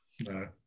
No